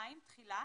תחילה